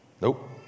Nope